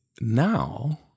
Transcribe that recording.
now